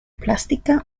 plástica